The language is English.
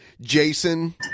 Jason